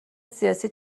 سیاسی